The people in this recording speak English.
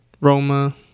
roma